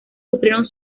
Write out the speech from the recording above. sufrieron